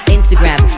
Instagram